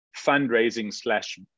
fundraising/slash